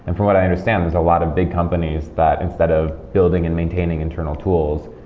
and from what i understand, there's a lot of big companies that instead of building and maintaining internal tools,